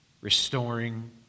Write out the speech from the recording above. Restoring